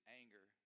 anger